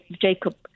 Jacob